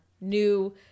new